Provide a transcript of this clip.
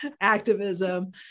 activism